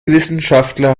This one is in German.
wissenschaftler